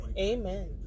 Amen